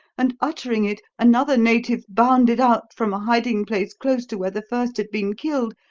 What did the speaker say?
and, uttering it, another native bounded out from a hiding-place close to where the first had been killed,